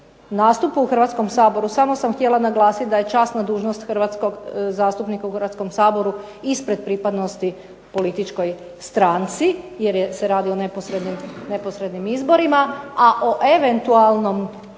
nastupu u Hrvatskom saboru samo sam htjela naglasiti da je časna dužnost zastupnika u Hrvatskom saboru ispred pripadnosti političkoj stranci jer se radi o neposrednim izborima, a o eventualnom